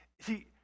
See